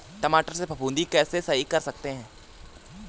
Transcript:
टमाटर से फफूंदी कैसे सही कर सकते हैं?